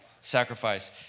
Sacrifice